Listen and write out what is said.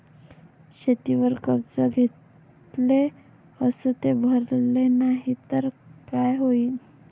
शेतीवर कर्ज घेतले अस ते भरले नाही तर काय होईन?